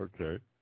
Okay